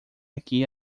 aqui